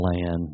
land